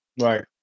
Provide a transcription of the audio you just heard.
Right